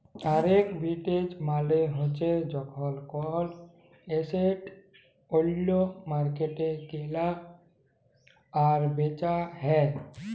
arbitrage মালে হ্যচ্যে যখল কল এসেট ওল্য মার্কেটে কেলা আর বেচা হ্যয়ে